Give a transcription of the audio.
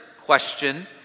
question